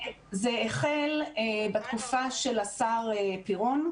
זה החל בתקופה של השר פירון,